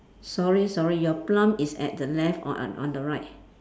sorry sorry your plum is at the left or on on the right